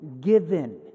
given